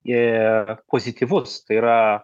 į pozityvus tai yra